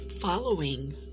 Following